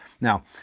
Now